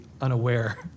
unaware